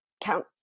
count